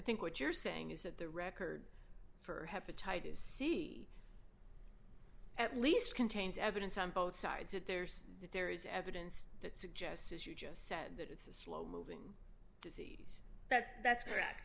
think what you're saying is that the record for hepatitis c at least contains evidence on both sides that there's that there is evidence that suggests as you just said that it's a slow moving that's that's correct